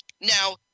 Now